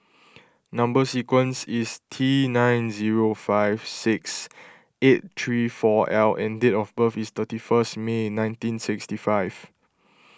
Number Sequence is T nine zero five six eight three four L and date of birth is thirty first May nineteen sixty five